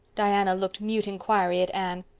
diana looked mute inquiry at anne.